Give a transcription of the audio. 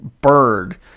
bird